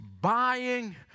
buying